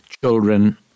children